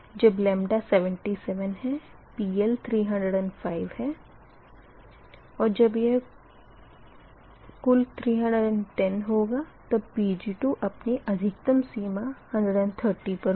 जब 77 PL305 है और जब यह कुल 310 होगा तब Pg2 अपनी अधिकतम सीमा 130 पर होगा